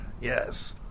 Yes